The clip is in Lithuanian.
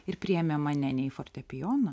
ir priėmė mane ne į fortepijoną